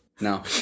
Now